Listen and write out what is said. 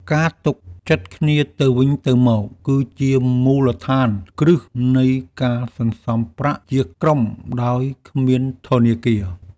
ការទុកចិត្តគ្នាទៅវិញទៅមក គឺជាមូលដ្ឋានគ្រឹះនៃការសន្សំប្រាក់ជាក្រុមដោយគ្មានធនាគារ។